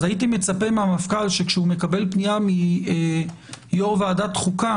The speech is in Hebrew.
הייתי מצפה מהמפכ"ל שכשהוא מקבל פנייה מיו"ר ועדת חוקה